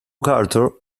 carter